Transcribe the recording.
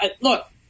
Look